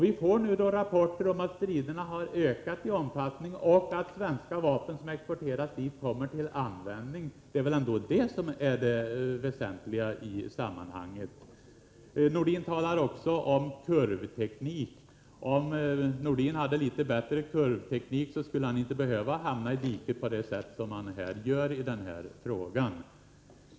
Vi får nu rapporter om att striderna har ökat i omfattning och om att svenska vapen som exporterats till Burma kommer till användning. Det är väl ändå det som är det väsentliga i sammanhanget. Sven-Erik Nordin talar också om kurvteknik. Om Sven-Erik Nordin hade litet bättre kurvteknik skulle han inte behöva hamna i diket på det sätt som han gör i denna fråga.